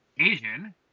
Asian